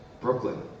Brooklyn